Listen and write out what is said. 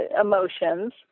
emotions